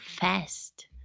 fast